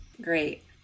great